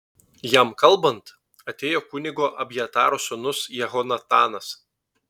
jam kalbant atėjo kunigo abjataro sūnus jehonatanas